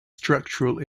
structural